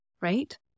right